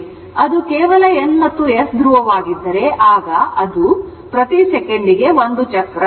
ಅದು ಕೇವಲ N ಮತ್ತು S ಧ್ರುವವಾಗಿದ್ದರೆ ಆಗ ಅದು ಪ್ರತಿ ಸೆಕೆಂಡಿಗೆ 1 ಚಕ್ರಗಳು